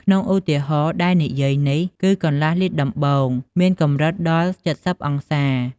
ក្នុងឧទាហរណ៍ដែលនិយាយនេះ គឺកន្លះលីត្រដំបូងមានកម្រិតដល់៧០អង្សា។